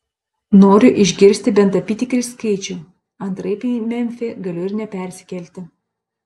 noriu išgirsti bent apytikrį skaičių antraip į memfį galiu ir nepersikelti